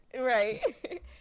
right